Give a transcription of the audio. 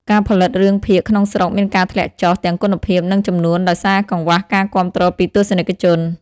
ការផលិតរឿងភាគក្នុងស្រុកមានការធ្លាក់ចុះទាំងគុណភាពនិងចំនួនដោយសារកង្វះការគាំទ្រពីទស្សនិកជន។